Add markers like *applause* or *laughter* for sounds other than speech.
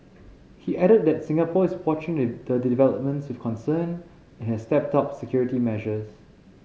he added that Singapore is watching *unintelligible* the developments with concern and has stepped up security measures